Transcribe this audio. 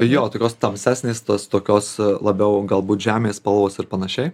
jo tokios tamsesnės tos tokios labiau galbūt žemės spalvos ir panašiai